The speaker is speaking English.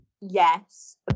yes